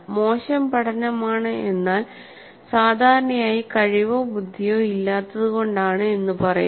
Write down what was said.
മോശം പഠനമാണ് എന്നാൽ സാധാരണയായി കഴിവോ ബുദ്ധിയോ ഇല്ലാത്തത് കൊണ്ടാണ് എന്ന് പറയുന്നു